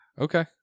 Okay